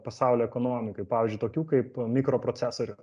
pasaulio ekonomikai pavyzdžiui tokių kaip mikroprocesorių